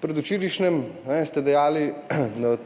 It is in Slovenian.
Predvčerajšnjim ste dejali